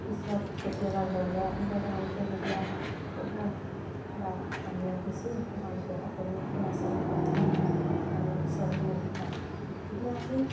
পিছত কেতিয়াবা ঘৰলৈ আহিলে তেওঁলোকে যেতিয়া ক'ব বা আমি আহিছোঁ তোমালোকে সকলো ল'ৰা ছোৱালী গোট খোৱা আমি পিছৰখিনি শিকাওঁ তেতিয়া আমি